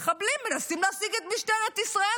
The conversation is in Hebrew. מחבלים מנסים להשיג את משטרת ישראל,